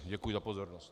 Děkuji za pozornost.